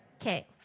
Okay